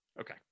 okay